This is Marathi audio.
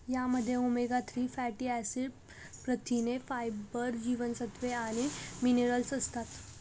यामध्ये ओमेगा थ्री फॅटी ऍसिड, प्रथिने, फायबर, जीवनसत्व आणि मिनरल्स असतात